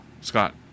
Scott